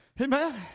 Amen